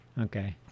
Okay